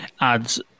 adds